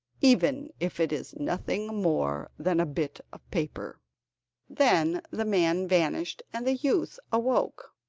even if it is nothing more than a bit of paper then the man vanished, and the youth awoke.